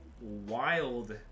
Wild